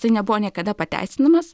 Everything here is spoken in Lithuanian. tai nebuvo niekada pateisinamas